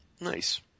Nice